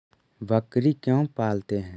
बकरी क्यों पालते है?